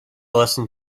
listen